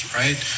right